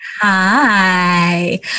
Hi